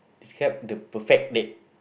describe the perfect date